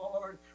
Lord